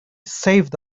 saved